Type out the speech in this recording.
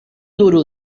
duro